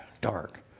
dark